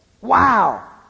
Wow